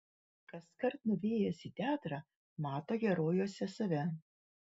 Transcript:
kaskart nuėjęs į teatrą mato herojuose save